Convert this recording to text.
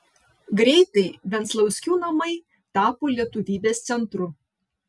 greitai venclauskių namai tapo lietuvybės centru